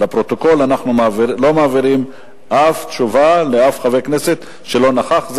לפרוטוקול אנחנו לא מעבירים אף תשובה לאף חבר כנסת שלא נכח.